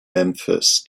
memphis